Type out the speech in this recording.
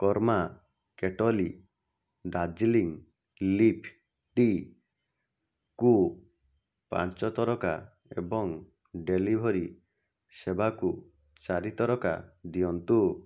କର୍ମା Kettle Darjeeling leaf ଟିକୁ ପାଞ୍ଚ ତରକା ଏବଂ ଡେଲିଭରି ସେବାକୁ ଚାରି ତରକା ଦିଅନ୍ତୁ